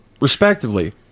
respectively